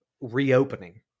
reopening